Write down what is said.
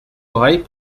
oreilles